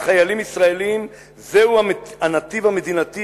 חיילים ישראלים זהו הנתיב המדינתי,